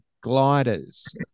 gliders